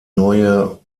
neue